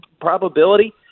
probability